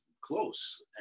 close